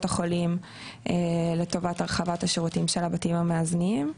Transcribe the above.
החולים לטובת הרחבת השירותים של הבתים המאזנים.